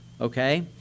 okay